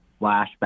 flashback